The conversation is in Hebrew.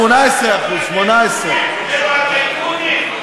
17%, 18%. הם הטייקונים?